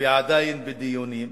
והיא עדיין בדיונים.